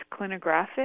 clinographic